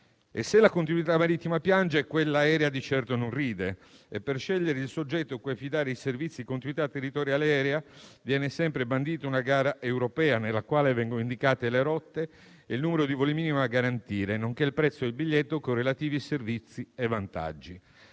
E se la continuità marittima piange, quella aerea di certo non ride. Per scegliere il soggetto a cui affidare i servizi di continuità territoriale aerea viene sempre bandita una gara europea, nella quale vengono indicate le rotte e il numero di voli minimi da garantire, nonché il prezzo del biglietto con relativi servizi e vantaggi.